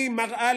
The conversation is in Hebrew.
היא מראה